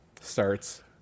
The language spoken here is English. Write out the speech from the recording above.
starts